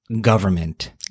government